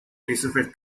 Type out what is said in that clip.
christopher